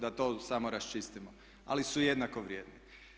Da to samo raščistimo ali su jednako vrijedni.